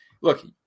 Look